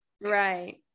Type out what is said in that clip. right